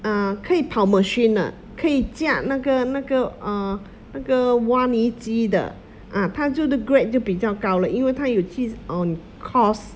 uh 可以跑 machine 的可以驾那个那个 uh 那个挖泥机的 a'ah 他就 the grade 就比较高了因为他有去 on course